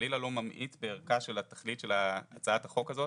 חלילה אני לא ממעיט בערכה של התכלית של הצעת החוק הזאת